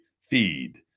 Feed